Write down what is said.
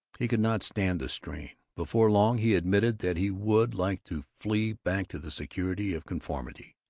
he could not stand the strain. before long he admitted that he would like to flee back to the security of conformity,